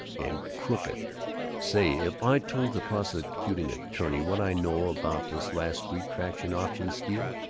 and crooked say, if i told the prosecuting attorney what i know about this last street traction option steal,